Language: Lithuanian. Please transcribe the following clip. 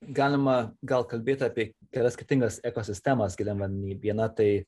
galima gal kalbėti api kelias skirtingas ekosistemas giliam vany viena tai